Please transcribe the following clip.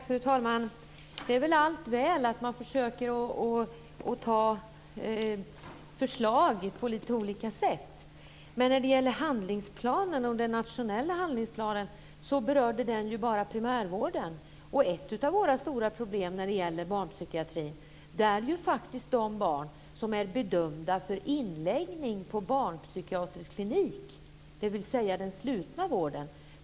Fru talman! Det är väl bra att man försöker att ta förslag på lite olika sätt, men den nationella handlingsplanen berörde ju bara primärvården. Ett av våra stora problem när det gäller barnpsykiatri är ju faktiskt de barn som är bedömda för inläggning på barnpsykiatrisk klinik, dvs. den slutna vården.